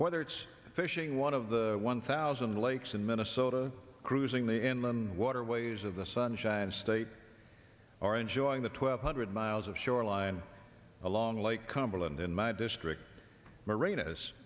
whether it's fishing one of the one thousand lakes in minnesota cruising the inland waterways of the sunshine state or enjoying the twelve hundred miles of shoreline along lake cumberland in my district marinas